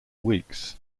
weeks